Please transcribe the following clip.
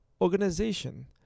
Organization